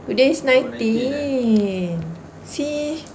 today is nineteen see